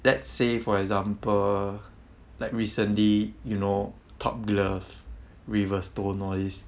let's say for example like recently you know top glove riverstone all this